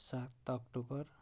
सात अक्टोबर